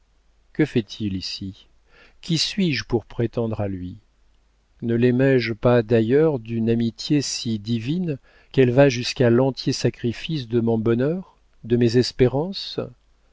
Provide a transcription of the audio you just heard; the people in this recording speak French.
que fait-il ici qui suis-je pour prétendre à lui ne laimé je pas d'ailleurs d'une amitié si divine qu'elle va jusqu'à l'entier sacrifice de mon bonheur de mes espérances